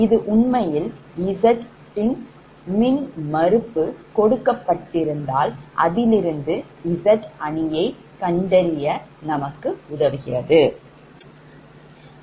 இது உண்மையில் Z's மின்மறுப்பு கொடுக்கப்பட்டிருந்தால் அதிலிருந்து Z அணியை கண்டறியலாம்